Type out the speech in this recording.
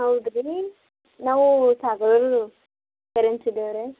ಹೌದು ರೀ ನಾವು ಸಾಗರಂದು ಪೇರೆಂಟ್ಸ್ ಇದ್ದೇವೆ ರೀ